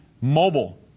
mobile